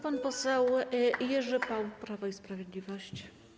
Pan poseł Jerzy Paul, Prawo i Sprawiedliwość.